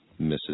Mrs